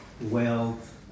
wealth